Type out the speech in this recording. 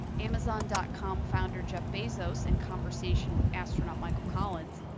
amazon dot com founder, jeff bezos in conversation with astronaut michael collins,